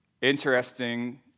Interesting